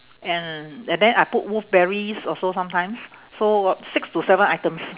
and and then I put wolfberries also sometimes so six to seven items